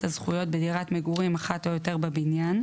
הזכויות בדירת מגורים אחת או יותר בבניין,